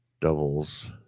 doubles